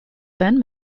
then